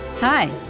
Hi